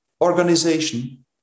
organization